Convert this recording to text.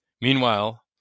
Meanwhile